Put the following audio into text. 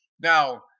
Now